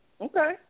Okay